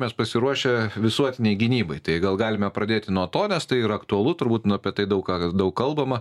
mes pasiruošę visuotinei gynybai tai gal galime pradėti nuo to nes tai yra aktualu turbūt nu apie tai daug ką kas daug kalbama